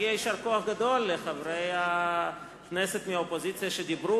אני חייב להגיד שמגיע יישר כוח גדול לחברי הכנסת מהאופוזיציה שדיברו,